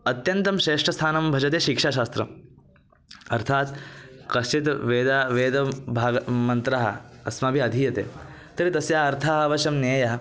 अत्यन्तं श्रेष्ठस्थानं भजते शिक्षाशास्त्रम् अर्थात् कश्चित् वेदः वेदं भागमन्त्रः अस्माभिः अधीयते तर्हि तस्या अर्थः अवश्यं ज्ञेयः